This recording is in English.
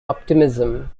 optimism